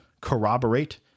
corroborate